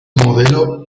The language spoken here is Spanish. modelo